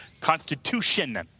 constitution